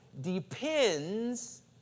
depends